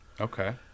Okay